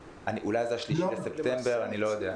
אולי זה ה-3 בספטמבר, אני לא יודע.